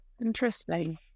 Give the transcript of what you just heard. Interesting